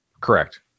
Correct